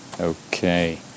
okay